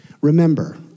Remember